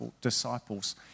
disciples